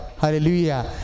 Hallelujah